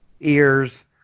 ears